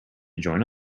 join